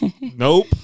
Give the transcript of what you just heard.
Nope